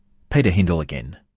peter hyndal again.